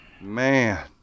Man